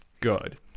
good